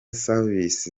service